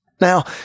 Now